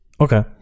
okay